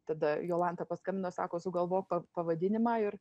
tada jolanta paskambino sako sugalvok pavadinimą ir